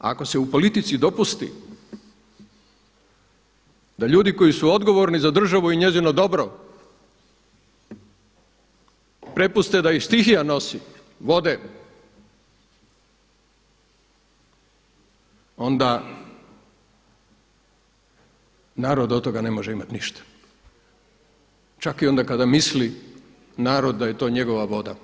Ako se u politici dopusti da ljudi koji su odgovorni za državu i njezino dobro prepuste da ih stihija nosi, vode, onda narod od toga ne može imati ništa, čak i onda kada mislim narod da je to njegova voda